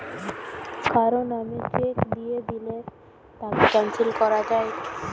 কারো নামে চেক দিয়ে দিলে তাকে ক্যানসেল করা যায়